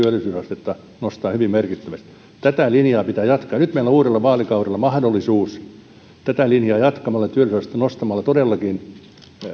kaikkea työllisyysastetta nostamaan hyvin merkittävästi ja tätä hallituksen linjaa pitää jatkaa nyt meillä on uudella vaalikaudella mahdollisuus tätä linjaa jatkamalla työllisyysastetta nostamalla todellakin